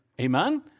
Amen